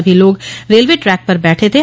सभी लोग railway track पर बैठे थे